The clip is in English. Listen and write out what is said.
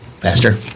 Pastor